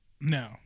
no